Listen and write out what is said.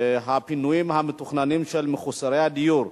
הפינויים המתוכננים של מחוסרי דיור,